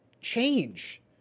change